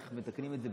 איך מתקנים את זה,